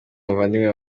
muvandimwe